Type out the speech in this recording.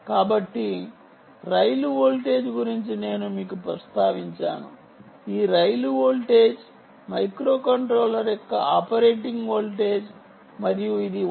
కాబట్టి rail voltage గురించి నేను మీకు ప్రస్తావించాను ఈ రైలు వోల్టేజ్ మైక్రోకంట్రోలర్ యొక్క ఆపరేటింగ్ వోల్టేజ్ మరియు ఇది 1